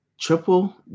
Triple